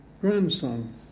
grandson